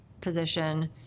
position